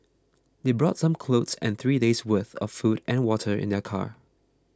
they brought some clothes and three days' worth of food and water in their car